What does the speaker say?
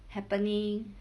happening